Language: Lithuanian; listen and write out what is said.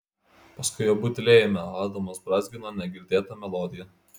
paskui abu tylėjome o adamas brązgino negirdėtą melodiją